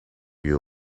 you